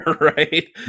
right